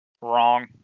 Wrong